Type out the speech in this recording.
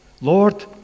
Lord